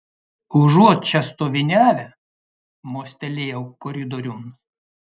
užuot čia stoviniavę mostelėjau koridoriun